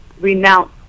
renounce